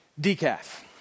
decaf